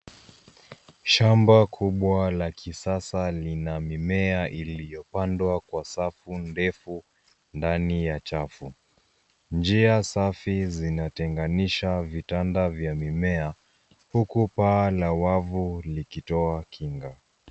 Shamba kubwa la kisasa lina mimea iliyopandwa kwa safu ndefu ndani ya chafu. Njia safi zinatenganisha vitanda vya mimea huku paa la wavu likitoa kinga.